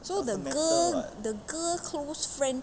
so the girl the girl close friend